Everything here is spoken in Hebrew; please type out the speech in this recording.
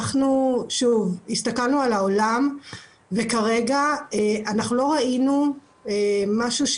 הסתכלנו על העולם ולא ראינו משהו,